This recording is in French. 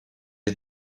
est